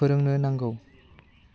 फोरोंनो नांगौ